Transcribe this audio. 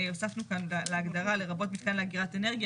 הוספנו כאן להגדרה 'לרבות מתקן לאגירת אנרגיה',